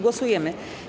Głosujemy.